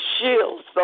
shields